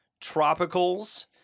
Tropicals